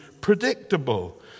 predictable